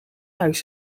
huis